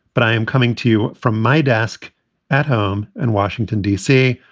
but i am coming to you from my desk at home in washington, d c.